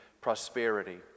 Prosperity